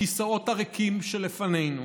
בכיסאות הריקים שלפנינו,